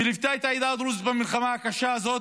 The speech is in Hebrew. וליוותה את העדה הדרוזית במלחמה הקשה הזאת,